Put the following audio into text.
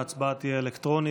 ההצבעה תהיה אלקטרונית.